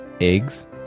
Eggs